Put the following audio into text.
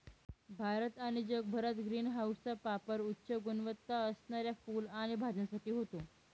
भारत आणि जगभरात ग्रीन हाऊसचा पापर उच्च गुणवत्ता असणाऱ्या फुलं आणि भाज्यांसाठी होतो